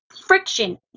Friction